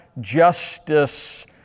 justice